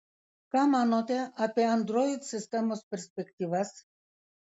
ką manote apie android sistemos perspektyvas